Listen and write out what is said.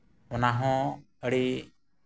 ᱚᱱᱟ ᱦᱚᱸ ᱟᱹᱰᱤ